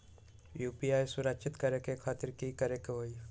UPI सुरक्षित करे खातिर कि करे के होलि?